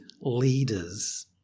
leaders